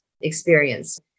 experience